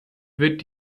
wird